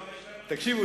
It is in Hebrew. תקשיבו,